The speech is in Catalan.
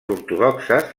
ortodoxes